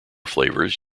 flavors